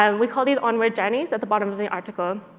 um we call these onward journeys at the bottom of the article.